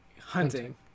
Hunting